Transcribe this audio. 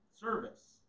Service